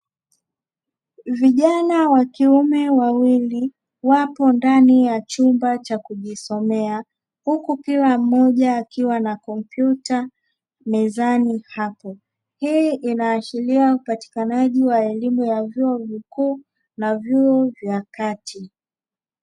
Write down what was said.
Vijana wa kiume wawili, wapo ndani ya chumba cha kujisomea, huku kila mmoja akiwa na kompyuta mezani hapo, hii inaashiria upatikanaji wa elimu ya vyuo vikuu na vyuo vya kati.